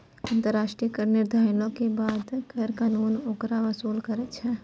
अन्तर्राष्ट्रिय कर निर्धारणो के बाद कर कानून ओकरा वसूल करै छै